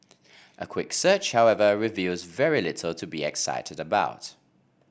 a quick search however reveals very little to be excited about